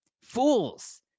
Fools